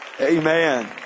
Amen